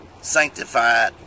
sanctified